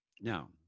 Now